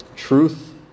Truth